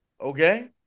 okay